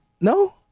No